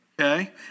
Okay